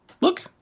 look